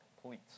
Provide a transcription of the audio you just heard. complete